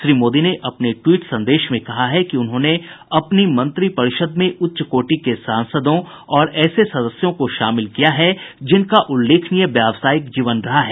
श्री मोदी ने अपने ट्वीट संदेश में कहा है कि उन्होंने अपनी मंत्रपिरिषद में उच्चकोटि के सांसदों और ऐसे सदस्यों को शामिल किया है जिनका उल्लेखनीय व्यावसायिक जीवन रहा है